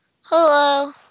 Hello